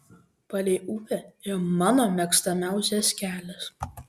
palei upę ėjo mano mėgstamiausias kelias